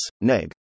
NEG